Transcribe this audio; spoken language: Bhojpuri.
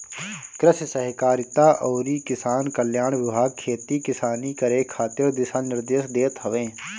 कृषि सहकारिता अउरी किसान कल्याण विभाग खेती किसानी करे खातिर दिशा निर्देश देत हवे